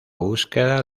búsqueda